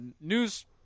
news